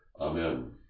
Amen